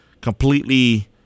completely